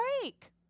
break